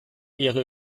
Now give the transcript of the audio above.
ihrer